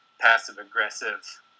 passive-aggressive